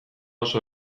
oso